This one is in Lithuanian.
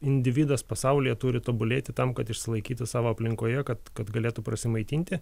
individas pasaulyje turi tobulėti tam kad išsilaikyti savo aplinkoje kad kad galėtų prasimaitinti